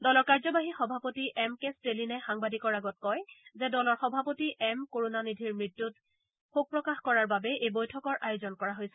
দলৰ কাৰ্যবাহী সভাপতি এম কে ষ্টেলিনে সাংবাদিকৰ আগত কয় যে দলৰ সভাপতি এম কৰুণানিধিৰ মৃত্যুত শোক প্ৰকাশ কৰাৰ বাবে এই বৈঠকৰ আয়োজন কৰা হৈছে